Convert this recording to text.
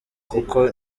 kuko